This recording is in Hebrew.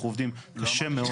אנחנו עובדים קשה מאוד.